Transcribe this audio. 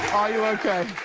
are you okay?